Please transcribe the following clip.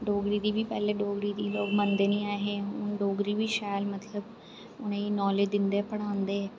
डोगरी दी बी पैहले डोगरी दी लोक पैहलें मनदे नेईं हे हून डोगरी बी शैल मतलब उनेंगी नालेज दिंदे पढ़ांदे